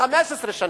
ל-15 שנים,